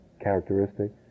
characteristic